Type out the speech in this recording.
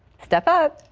step out.